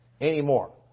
anymore